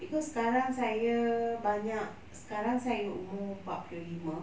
because sekarang saya banyak sekarang saya umur empat puluh lima